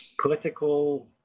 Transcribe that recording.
political